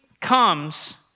comes